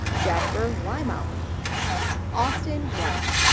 jasper weymouth. austin white.